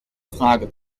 frage